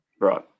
Right